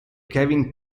kevin